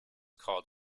called